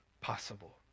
possible